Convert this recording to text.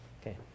Okay